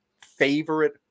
favorite